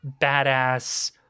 badass